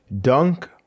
dunk